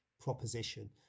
proposition